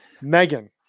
Megan